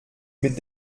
mit